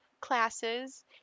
classes